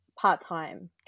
part-time